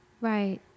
right